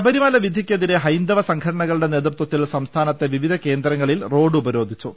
ശബരിമല വിധിക്ക് എതിരെ ഹൈന്ദവ സംഘടനകളുടെ നേതൃത്വത്തിൽ സംസ്ഥാനത്തെ വിവിധ കേന്ദ്രങ്ങളിൽ റോഡ് ഉപരോധിച്ചു